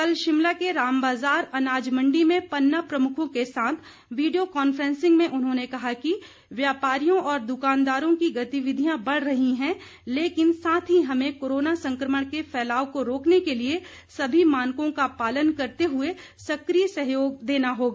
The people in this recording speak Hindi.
कल शिमला के रामबाजार अनाज़ मंडी में पन्ना प्रमुखों के साथ वीडियो कॉन्फ्रेंसिंग में उन्होंने कहा कि व्यापारियों और दुकानदारों की गतिविधियां बढ़ रही हैं लेकिन साथ ही हमें कोरोना संकमण के फैलाव को रोकने के लिए सभी मानकों का पालन करते हुए सक्रिय सहयोग देना होगा